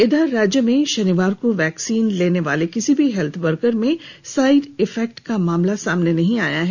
इधर राज्य में शनिवार को वैक्सीन लेने वाले किसी भी हेल्थ वर्कर में साइट इफेक्ट का मामला सामने नहीं आया है